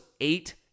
eight